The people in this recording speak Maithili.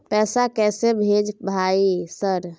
पैसा कैसे भेज भाई सर?